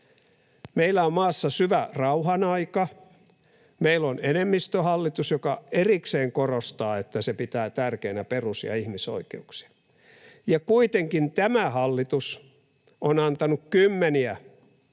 Meillä on maassa syvä rauhan aika, meillä on enemmistöhallitus, joka erikseen korostaa, että se pitää tärkeänä perus- ja ihmisoikeuksia. Kuitenkin tämä hallitus on antanut kymmeniä —